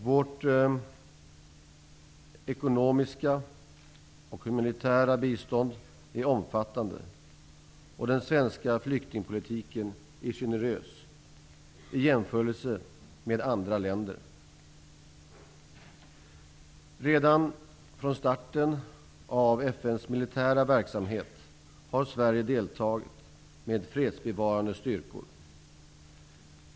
Vårt ekonomiska och humanitära bistånd är omfattande, och den svenska flyktingpolitiken är generös i jämförelse med andra länders. Redan från starten av FN:s militära verksamhet har Sverige deltagit med fredsbevarande styrkor.